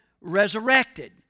resurrected